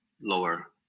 lower